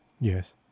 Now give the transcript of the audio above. yes